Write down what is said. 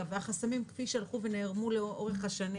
והחסמים כפי שהלכו ונערמו לאורך השנים